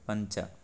पञ्च